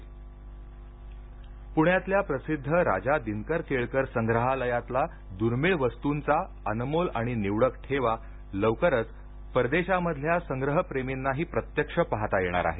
intro Kelkar संग्रहालय पुण्यातल्या प्रसिद्ध राजा दिनकर केळकर संग्रहा लयातला दुर्मिळ वस्तूंचा अनमोल आणि निवडक ठेवा लवकरच परदेशामधल्या संग्रहप्रेमींनाही प्रत्यक्ष पाहता येणार आहे